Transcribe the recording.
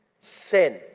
sin